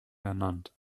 ernannt